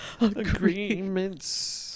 Agreements